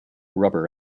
rubber